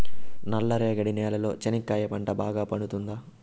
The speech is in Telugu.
నల్ల రేగడి నేలలో చెనక్కాయ పంట బాగా పండుతుందా?